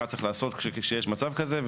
מה צריך לעשות כשיש מצב כזה,